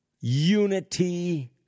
unity